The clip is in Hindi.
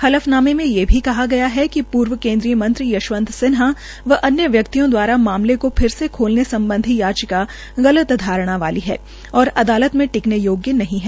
हलफनामे में ये भी कहा गया है कि पूर्व केन्द्रीय मंत्री यशवंत सिन्हा व अन्य व्यक्तियों द्वारा मामले को फिर से खोलने संबंधी याचिका गलत धारणा वाली है और अदालत में टिकने योग्य नहीं है